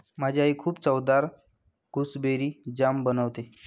माझी आई खूप चवदार गुसबेरी जाम बनवते